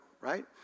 right